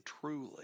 truly